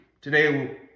today